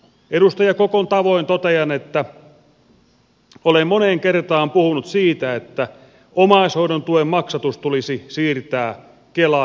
edustaja kokon tavoin totean että olen moneen kertaan puhunut siitä että omaishoidon tuen maksatus tulisi siirtää kelan vastuulle